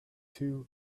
two